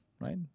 right